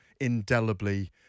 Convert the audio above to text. indelibly